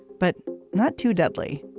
but not too deadly